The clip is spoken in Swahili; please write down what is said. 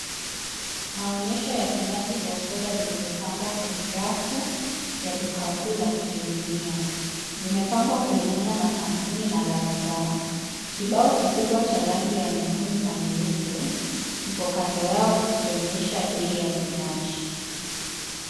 Maonyesho ya vinywaji vya soda vilivyopangwa kwenye rafu la duka kuu la kujihudumia. Zimepangwa kulingana na kampuni na ladha zao. Kibao kikubwa cha rangi ya nyekundu na nyeupe kiko kando yao kikionyesha bei ya vinywaji.